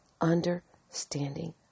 understanding